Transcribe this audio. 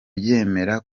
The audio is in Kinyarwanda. ryemera